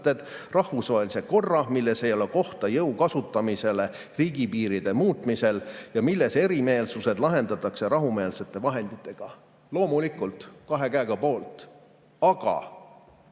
rahvusvahelise korra, milles ei ole kohta jõu kasutamisele riigipiiride muutmisel ja milles erimeelsused lahendatakse rahumeelsete vahenditega." Loomulikult kahe käega poolt! Aga